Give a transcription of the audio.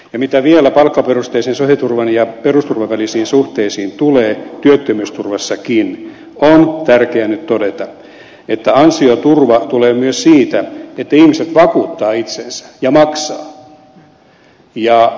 mitä vielä palkkaperusteisen sosiaaliturvan ja perusturvan välisiin suhteisiin tulee työttömyysturvassakin on tärkeää nyt todeta että ansioturva tulee myös siitä että ihmiset vakuuttavat itsensä ja maksavat